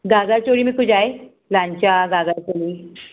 घाघरा चोली में कुझु आहे लांचा घाघरा चोली